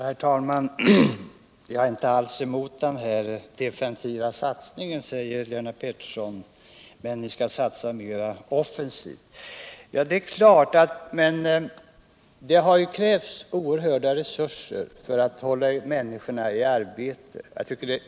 Herr talman! Jag är inte alls emot den här defensiva satsningen, säger Lennart Pettersson, men vi skall satsa mera offensivt. Det har krävts oerhörda resurser för att hålla människorna i arbete.